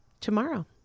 tomorrow